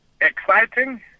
exciting